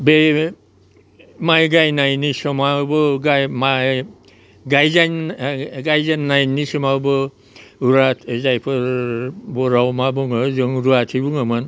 बै माइ गायनायनि समावबो माइ गायजेन गायजेननायनि समावबो रुवा जायफोर बर'आव मा बुङो जोङो रुवाथि बुङोमोन